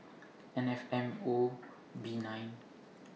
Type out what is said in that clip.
N F M O B nine